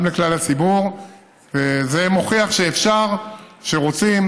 זה מוכיח שכשרוצים,